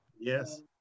Yes